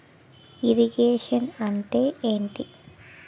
Irrigation అంటే ఏంటీ?